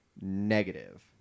negative